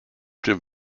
dem